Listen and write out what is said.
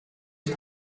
ist